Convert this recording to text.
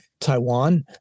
Taiwan